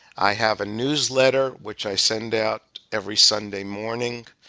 i have a newsletter which i send out every sunday morning,